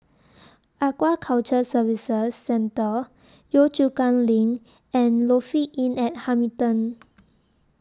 Aquaculture Services Centre Yio Chu Kang LINK and Lofi Inn At Hamilton